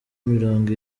mirongo